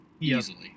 easily